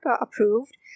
approved